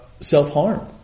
self-harm